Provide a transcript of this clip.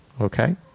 Okay